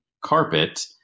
carpet